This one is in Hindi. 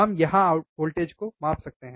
हम यहां वोल्टेज को माप सकते हैं